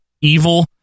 evil